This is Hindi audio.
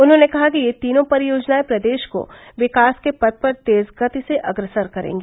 उन्होंने कहा कि ये तीनों परियोजनाएं प्रदेश को विकास के पथ पर तेज गति से अग्रसर करेंगी